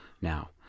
now